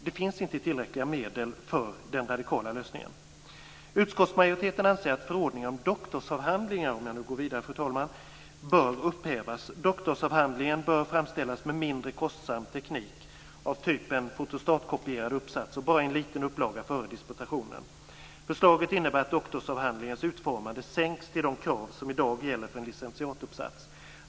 Det finns inte tillräckliga medel för den radikala lösningen. Fru talman! Utskottsmajoriteten anser vidare att förordningen om doktorsavhandlingar bör upphävas. Doktorsavhandlingen bör framställas med mindre kostsam teknik, av typen fotostatkopierad uppsats, och bara i en liten upplaga före disputationen. Förslaget innebär att kravet på doktorsavhandlingens utformning sänks till det som i dag gäller för en licentiatuppsats.